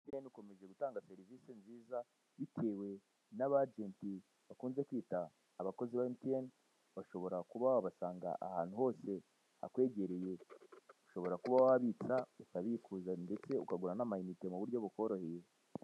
MTN ikomeje gutanga serivise nziza bitewe n'abajenti bakunze kwita abakozi ba MTN, ushobora kuba wabasanga ahantu hose hakwegereye, ushobora kuba wabitsa, ukabikuza ndetse ukagura n'amayinite ku buryo bukoroheye.